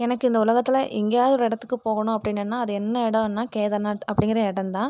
எனக்கு இந்த உலகத்தில் எங்ககேயாவது ஒரு இடத்துக்கு போகணும் அப்படின்னனா அது என்ன இடம்னா கேதார்நாத் அப்படிங்கிற இடம் தான்